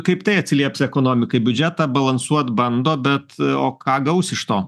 kaip tai atsilieps ekonomikai biudžetą balansuot bando bet o ką gaus iš to